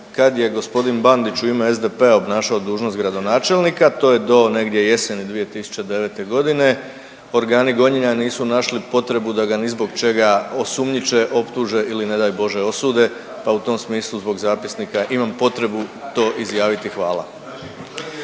kad je gospodin Bandić u ime SDP-a obnašao dužnost gradonačelnika to je do negdje jeseni 2009. godine organi gonjenja nisu našli potrebu da ga ni zbog čega osumnjiče, optuže ili ne daj bože osude, pa u tom smislu zbog zapisnika imam potrebu to izjaviti. Hvala.